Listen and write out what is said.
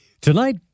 tonight